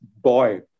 boy